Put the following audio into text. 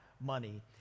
money